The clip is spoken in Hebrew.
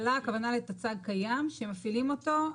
הכוונה בהפעלה זה לטצ"ג קיים שמפעילים אותו.